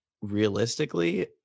Realistically